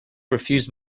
refused